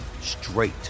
straight